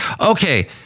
okay